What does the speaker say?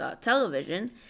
television